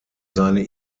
seine